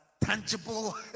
tangible